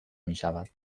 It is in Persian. میشود